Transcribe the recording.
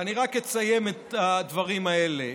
אני רק אסיים את הדברים האלה.